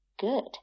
good